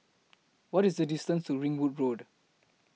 What IS The distance to Ringwood Road